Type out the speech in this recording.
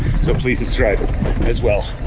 so please subscribe as well.